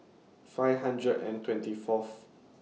five hundred and twenty Fourth